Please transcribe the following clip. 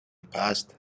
پَست